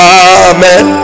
amen